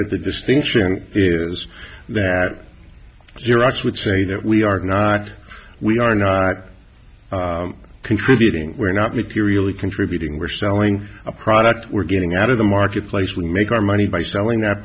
that the distinction is that xerox would say that we are not we are not contributing we're not materially contributing we're selling a product we're getting out of the marketplace we make our money by selling